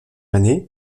année